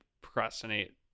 procrastinate